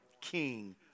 king